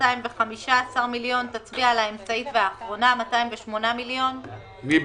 - בסעיף קטן (א1) המובא